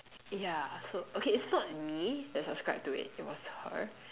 yeah so okay it's not me that subscribed to it it was her